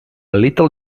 little